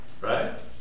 right